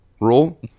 rule